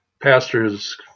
pastors